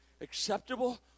acceptable